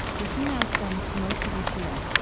where he now spends most of each year